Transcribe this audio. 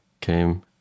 came